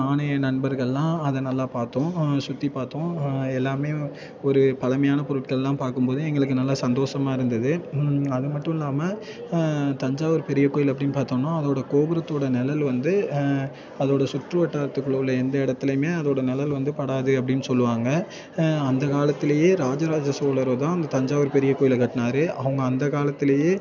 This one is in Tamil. நானும் என் நண்பர்களெலாம் அதை நல்லா பார்த்தோம் சுற்றி பார்த்தோம் எல்லாமே ஒரு பழமையான பொருட்களெலாம் பார்க்கும் போது எங்களுக்கு நல்லா சந்தோஷமாக இருந்தது அது மட்டுல்லாமல் தஞ்சாவூர் பெரிய கோயில் அப்படின்னு பார்த்தோன்னா அதோடய கோபுரத்தோடய நெழலு வந்து அதோடய சுற்று வட்டாரத்துக்குள்ளே உள்ள எந்த இடத்துலையுமே அதோடய நெழல் வந்து படாது அப்படின்னு சொல்லுவாங்க அந்த காலத்திலேயே ராஜ ராஜ சோழரு தான் அந்த தஞ்சாவூர் பெரிய கோயிலை கட்டினாரு அவங்க அந்த காலத்திலேயே